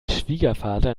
schwiegervater